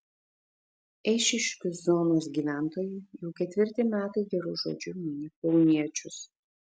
eišiškių zonos gyventojai jau ketvirti metai geru žodžiu mini kauniečius